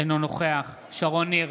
אינו נוכח שרון ניר,